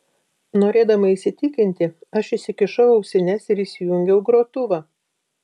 norėdama įsitikinti aš įsikišau ausines ir įsijungiau grotuvą